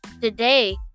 Today